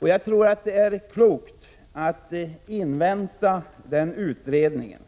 Jag tror att det är klokt att invänta resultatet av den utredningen.